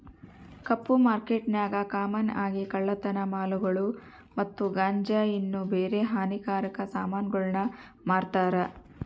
ಕಪ್ಪು ಮಾರ್ಕೆಟ್ನಾಗ ಕಾಮನ್ ಆಗಿ ಕಳ್ಳತನ ಮಾಲುಗುಳು ಮತ್ತೆ ಗಾಂಜಾ ಇನ್ನ ಬ್ಯಾರೆ ಹಾನಿಕಾರಕ ಸಾಮಾನುಗುಳ್ನ ಮಾರ್ತಾರ